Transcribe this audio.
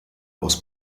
aus